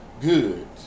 good